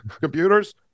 computers